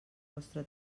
vostre